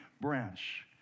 branch